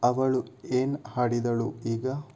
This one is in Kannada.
ಅವಳು ಏನು ಹಾಡಿದಳು ಈಗ